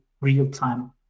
real-time